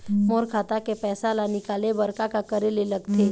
मोर खाता के पैसा ला निकाले बर का का करे ले लगथे?